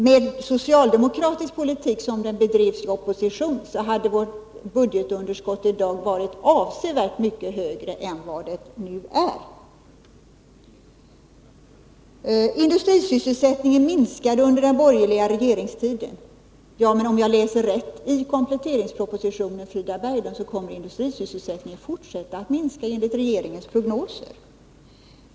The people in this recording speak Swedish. Med socialdemokratisk politik sådan den bedrevs i opposition, hade vårt budgetunderskott i dag varit avsevärt mycket större än vad det nu är. Industrisysselsättningen minskade under den borgerliga regeringstiden, sade Frida Berglund. Ja, men om jag läser rätt i kompletteringspropositionen, kommer industrisysselsättningen att fortsätta att minska enligt regeringens prognoser.